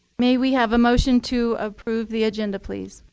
may we have a motion to approve the agenda, please?